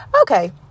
okay